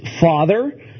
father